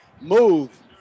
move